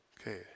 Okay